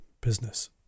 business